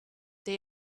they